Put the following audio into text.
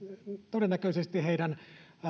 todennäköisesti heidän